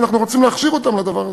ואנחנו רוצים להכשיר אותם לדבר הזה.